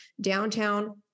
downtown